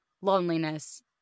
loneliness